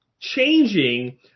changing